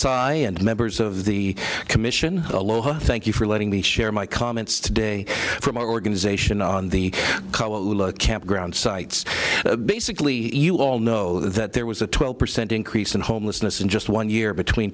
and members of the commission aloha thank you for letting me share my comments today from our organization on the campground sites basically you all know that there was a twelve percent increase in homelessness in just one year between